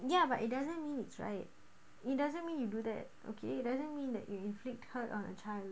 ya but it doesn't mean it's right it doesn't mean you do that okay doesn't mean that you inflict hurt on a child